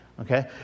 okay